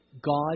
God